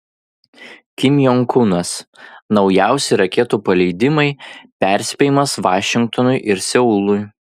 kim jong unas naujausi raketų paleidimai perspėjimas vašingtonui ir seului